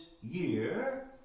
year